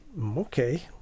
okay